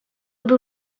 był